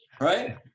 right